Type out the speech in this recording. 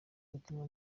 ubutumwa